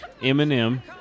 Eminem